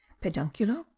pedunculo